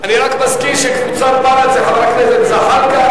אני רק מזכיר שקבוצת בל"ד זה חבר הכנסת ג'מאל זחאלקה,